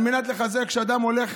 על מנת לחזק את אותו אדם שהולך